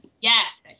Yes